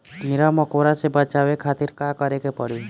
कीड़ा मकोड़ा से बचावे खातिर का करे के पड़ी?